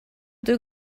deux